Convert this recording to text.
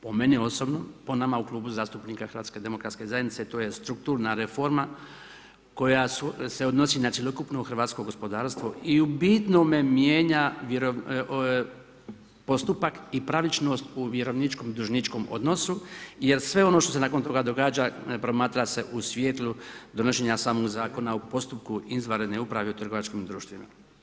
Po meni osobno, po nama u Klubu zastupnika HDZ-a to je strukturna reforma koja se odnosi na cjelokupno hrvatsko gospodarstvo i u bitnome mijenja postupak i pravičnost u vjerovničkom dužničkom odnosu jer sve ono što se nakon toga događa promatra se u svjetlu donošenja samog zakona u postupku izvanredne uprave u trgovačkim društvima.